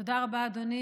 תודה רבה, אדוני.